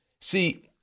See